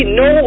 no